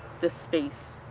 this space.